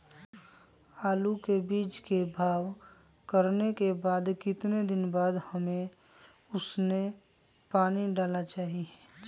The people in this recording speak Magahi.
आलू के बीज के भाव करने के बाद कितने दिन बाद हमें उसने पानी डाला चाहिए?